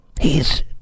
He's